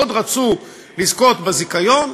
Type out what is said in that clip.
מאוד רצו לזכות בזיכיון,